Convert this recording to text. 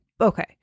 Okay